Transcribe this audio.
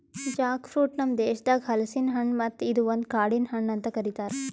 Jack fruit ನಮ್ ದೇಶದಾಗ್ ಹಲಸಿನ ಹಣ್ಣು ಮತ್ತ ಇದು ಒಂದು ಕಾಡಿನ ಹಣ್ಣು ಅಂತ್ ಕರಿತಾರ್